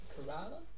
Kerala